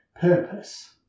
purpose